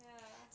ya